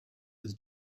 with